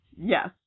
Yes